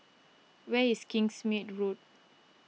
where is Kingsmead Road